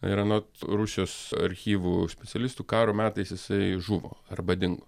ir anot rusijos archyvų specialistų karo metais jisai žuvo arba dingo